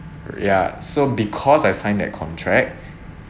ya so because I signed that contract